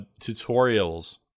tutorials